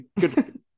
good